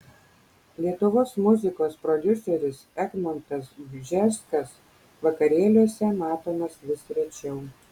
lietuvos muzikos prodiuseris egmontas bžeskas vakarėliuose matomas vis rečiau